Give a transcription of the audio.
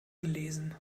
gelesen